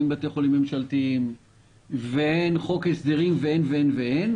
עם בתי חולים ממשלתיים ואין חוק הסדרים ואין ואין ואין,